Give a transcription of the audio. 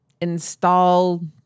install